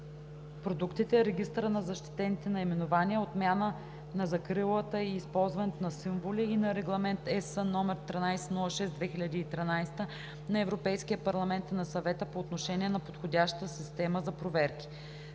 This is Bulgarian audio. продуктите, регистъра на защитените наименования, отмяната на закрилата и използването на символи, и на Регламент (ЕС) № 1306/2013 на Европейския парламент и на Съвета по отношение на подходяща система за проверки